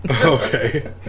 Okay